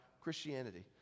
Christianity